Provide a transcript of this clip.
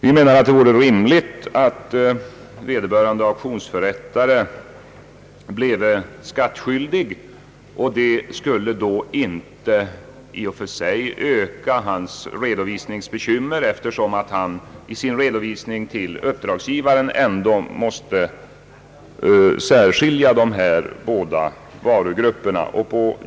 Vi anser att det vore rimligt att vederbörande auktionsförrättare betraktades som skattskyldig. Det skulle i och för sig inte öka hans redovisningsbekymmer, eftersom han i sin redovisning till uppdragsgivaren ändå måste särskilja de båda varugrupperna.